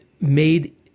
made